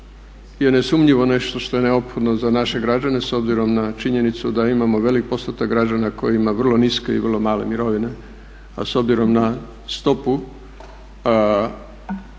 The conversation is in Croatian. je nesumnjivo nešto što je neophodno za naše građane s obzirom na činjenicu da imamo velik postotak građana koji imaju vrlo niske i vrlo male mirovine, a s obzirom na stopu